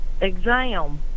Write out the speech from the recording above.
exam